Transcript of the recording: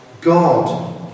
God